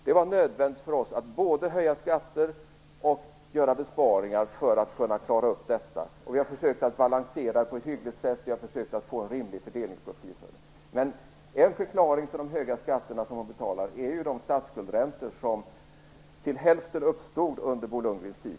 Det var nödvändigt för Socialdemokraterna att både höja skatter och göra besparingar för att kunna klara upp detta. Vi har försökt att balansera det hela på ett hyggligt sätt och att få en rimlig fördelningsprofil. Men en förklaring till de höga skatter som vårdbiträdet betalar är de statsskuldräntor som till hälften uppstod under Bo Lundgrens tid.